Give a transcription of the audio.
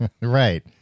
Right